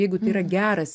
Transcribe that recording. jeigu tai yra geras